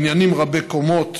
בניינים רבי-קומות